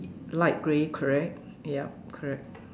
light grey correct yup correct